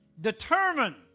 Determined